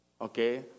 Okay